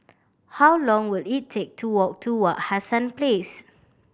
how long will it take to walk to Wak Hassan Place